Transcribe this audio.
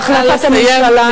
להחלפת הממשלה,